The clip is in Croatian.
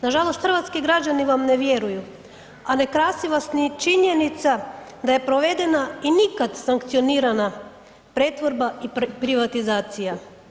Nažalost, hrvatski građani vam ne vjeruju a ne krasi vas ni činjenica da je provedena i nikad sankcionirana pretvorba i privatizacija.